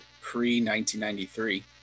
pre-1993